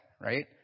right